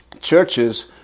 churches